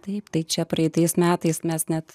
taip tai čia praeitais metais mes net